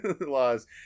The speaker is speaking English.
laws